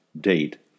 date